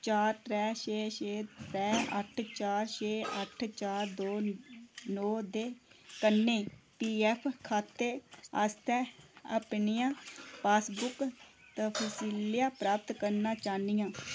चार त्रै छे छे त्रै अट्ठ चार छे अट्ठ चार दो नौ दे कन्नै पी एफ खाते आस्तै अपनियां पासबुक तफसीलीयें प्राप्त करना चाह्न्नी आं